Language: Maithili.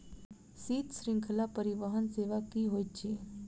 शीत श्रृंखला परिवहन सेवा की होइत अछि?